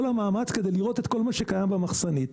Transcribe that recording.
המאמץ כדי לראות את כל מה שקיים במחסנית.